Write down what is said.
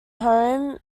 home